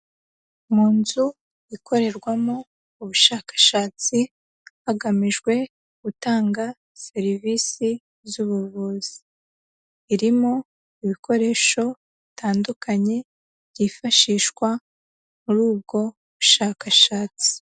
Mu nzu ikorerwamo ubushakashatsi hagamijwe gutanga serivisi z'ubuvuzi, irimo ibikoresho bitandukanye byifashishwa muri ubwo bushakashatsi.